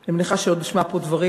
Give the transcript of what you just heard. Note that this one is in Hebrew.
אני מניחה שעוד נשמע פה דברים,